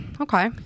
okay